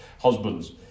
husbands